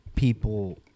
people